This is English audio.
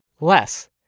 less